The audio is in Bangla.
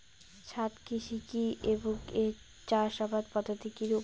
ছাদ কৃষি কী এবং এর চাষাবাদ পদ্ধতি কিরূপ?